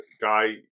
Guy